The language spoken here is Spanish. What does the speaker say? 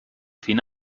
fin